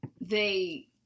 they-